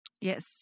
Yes